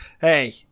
Hey